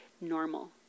normal